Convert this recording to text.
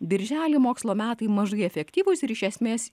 birželį mokslo metai mažai efektyvūs ir iš esmės